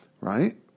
right